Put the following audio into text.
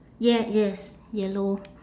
ye~ yes yellow